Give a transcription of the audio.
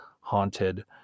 haunted